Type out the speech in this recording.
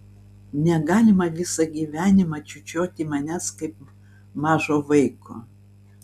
negalima visą gyvenimą čiūčiuoti manęs kaip mažo vaiko